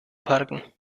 parken